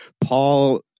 Paul